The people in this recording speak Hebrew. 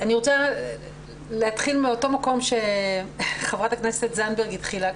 אני רוצה להתחיל מאותו מקום שחברת הכנסת זנדברג התחילה.